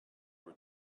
were